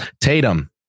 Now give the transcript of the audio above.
Tatum